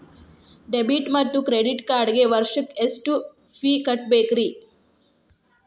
Debit ಮತ್ತು credit ಕಾರ್ಡ್ಗೆ ವರ್ಷಕ್ಕ ಎಷ್ಟ ಫೇ ಕಟ್ಟಬೇಕ್ರಿ?